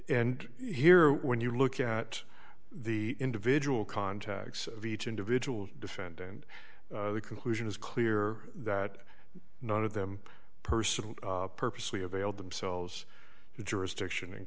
and here when you look at the individual contacts of each individual defendant the conclusion is clear that none of them personally purposely avail themselves to jurisdiction in